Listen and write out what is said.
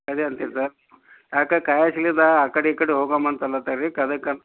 ಅದೇ ಅಂತೀವಿ ಸರ್ ಯಾಕೆ ಆ ಕಡೆ ಈ ಕಡೆ ಹೋಗೋಣ ಅಂತ ಅನ್ನತ್ತಾರ್ ರೀ